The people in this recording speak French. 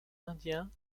indiens